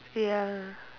ya